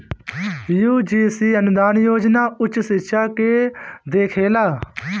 UGC अनुदान आयोग उच्च शिक्षा के देखेला